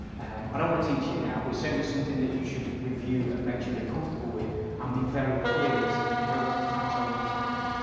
and i don't want to teach it now but it's certainly something that you should review and make sure you're comfortable with and um be very clear it's an inheritance tax only topic.